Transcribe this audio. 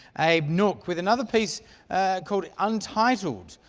a nork with another piece called untitled.